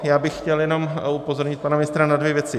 Já bych chtěl jenom upozornit pana ministra na dvě věci.